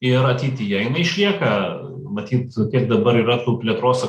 ir ateityje jinai išlieka matyt tiek dabar yra tų plėtros